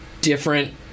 different